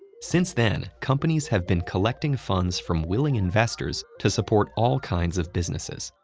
since then, companies have been collecting funds from willing investors to support all kinds of businesses.